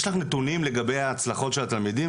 יש לך נתונים לגבי ההצלחות של התלמידים?